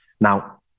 Now